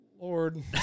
Lord